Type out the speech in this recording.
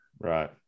Right